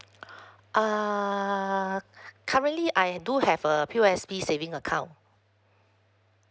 err currently I do have a P_O_S_B saving account